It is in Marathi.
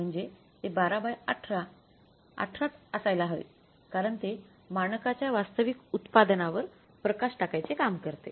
म्हणजे ते १२१८ च असायला हवे कारण ते मानकाच्या वास्तविक उत्पादनावर प्रकाश टाकायचे काम करते